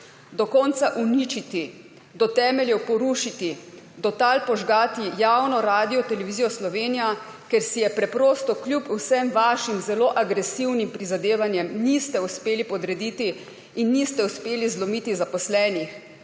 do konca uničiti, do temeljev porušiti, do tal požgati javno Radiotelevizijo Slovenija, ker si je preprosto kljub vsem vašim zelo agresivnim prizadevanjem niste uspeli podrediti in niste uspeli zlomiti zaposlenih.